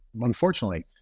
unfortunately